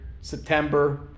September